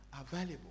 available